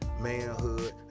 manhood